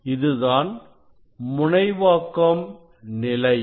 இதுதான் முனைவாக்கம் நிலை polarization state